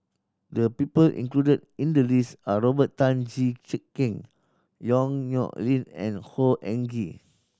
the people included in the list are Robert Tan Jee Keng Yong Nyuk Lin and Khor Ean Ghee